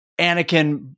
Anakin